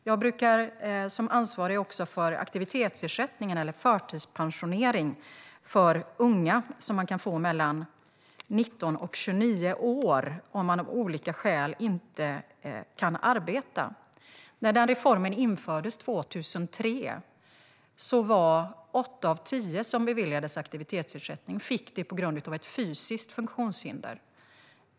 Jag är även ansvarig för aktivitetsersättningen, eller förtidspensioneringen, för unga som man kan få mellan 19 och 29 år om man av olika skäl inte kan arbeta. När den reformen infördes 2003 beviljades åtta av tio aktivitetsersättning på grund av ett fysiskt funktionshinder.